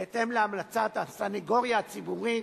בהתאם להמלצת הסניגוריה הציבורית,